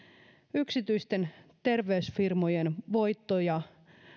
yksityisten terveysfirmojen voittoja